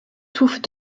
touffes